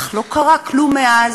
אך לא קרה כלום מאז.